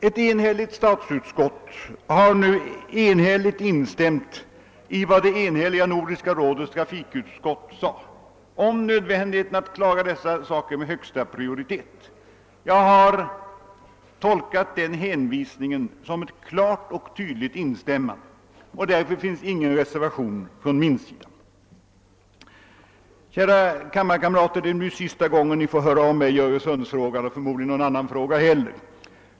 Ett enhälligt statsutskott har nu instämt i vad Nordiska rådets enhälliga trafikutskott sade om nödvändigheten att klara dessa saker med högsta prioritet. Jag har tolkat den hänvisningen som ett klart och tydligt instämmande, och därför finns ingen reservation från min sida. Kära kammarkamrater! Det är nu sista gången ni får höra av mig i Öresundsfrågan och förmodligen i någon annan fråga.